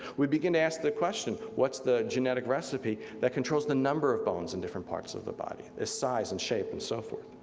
we begin to ask the question, what's the genetic recipe that controls the number of bones in different parts of the body? it's size and shape and so forth.